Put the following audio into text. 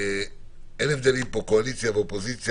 שאין הבדלים בין קואליציה ואופוזיציה,